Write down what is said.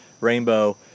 Rainbow